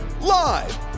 Live